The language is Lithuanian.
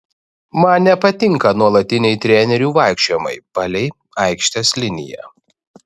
man nepatinka nuolatiniai trenerių vaikščiojimai palei aikštės liniją